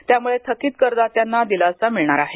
त्यामुळे थकीत करदात्यांना दिलासा मिळणार आहे